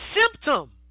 symptom